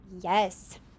Yes